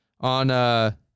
on